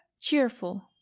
cheerful